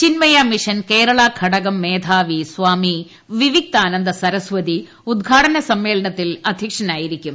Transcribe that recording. Chinmaya mission Kerala ഘടകം മേധാവി സ്വാമി വിവിക്താനിന്ദു സ്രസ്വതി ഉദ്ഘാടന സമ്മേളനത്തിൽ അദ്ധ്യക്ഷത വഹിക്കും